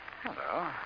Hello